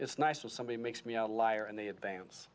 it's nice for somebody makes me a liar and the advance